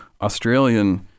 Australian